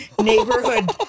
neighborhood